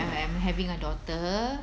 I am having a daughter